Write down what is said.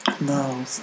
No